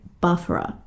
buffer